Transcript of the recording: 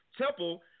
temple